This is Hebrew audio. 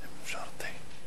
אדוני היושב-ראש,